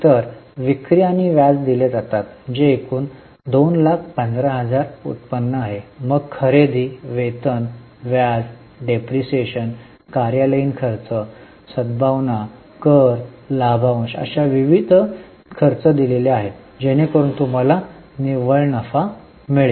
तर विक्री आणि व्याज दिले जातात जे एकूण 215000 उत्पन्न आहे मग खरेदी वेतन व्याज घसारा कार्यालयीन खर्च सद्भावना कर लाभांश अशा विविध खर्च दिले जातात जेणेकरून तुम्हाला निव्वळ नफा मिळेल